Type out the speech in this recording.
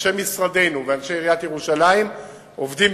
אנשי משרדנו ואנשי עיריית ירושלים עובדים